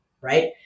right